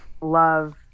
love